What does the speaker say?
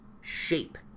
shape